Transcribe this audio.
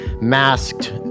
masked